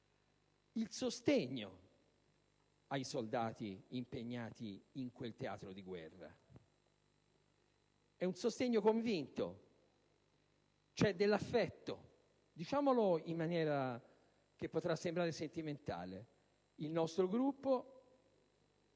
il sostegno ai soldati impegnati in quel teatro di guerra: è un sostegno convinto, c'è dell'affetto. Lo dico in maniera che potrà sembrare sentimentale: il nostro Gruppo